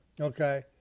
okay